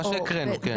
מה שהקראנו כן.